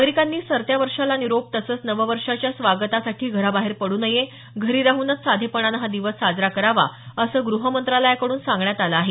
नागरिकांनी सरत्या वर्षाला निरोप तसंच नववर्षाच्या स्वागतासाठी घराबाहेर पडू नये घरी राहूनच साधेपणानं हा दिवस साजरा करावा असं गृहमंत्रालयाकडून सांगण्यात आलं आहे